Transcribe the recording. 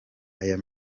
aya